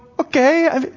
okay